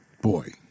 boy